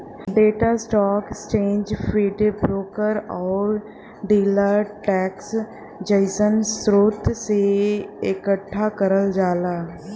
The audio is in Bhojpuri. data stock exchange feed, broker आउर डीलर डेस्क जइसन स्रोत से एकठ्ठा करल जाला